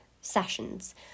sessions